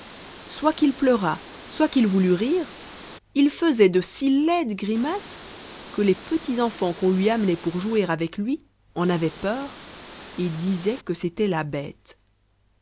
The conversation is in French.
soit qu'il pleurât soit qu'il voulût rire il faisait de si laides grimaces que les petits enfans qu'on lui amenait pour jouer avec lui en avaient peur et disaient que c'était la bête